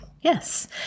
Yes